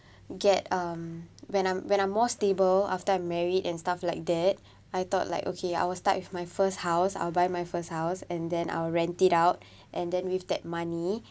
get um when I'm when I'm more stable after I married and stuff like that I thought like okay I will start with my first house I'll buy my first house and then I'll rent it out and then with that money